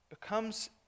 becomes